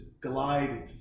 glide